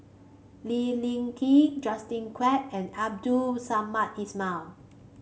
Lee Ling Yen Justin Quek and Abdul Samad Ismail